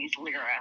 lira